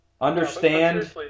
Understand